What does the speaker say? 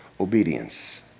obedience